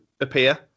appear